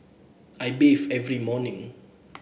I bathe every morning